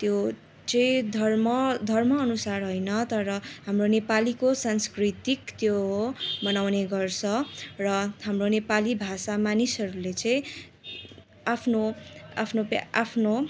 त्यो चाहिँ धर्म धर्मअनुसार होइन तर हाम्रो नेपालीको संस्कृतिक त्यो मनाउने गर्स र हाम्रो नेपाली भाषा मानिसहरूले चाहिँ आफ्नो आफ्नो आफ्नो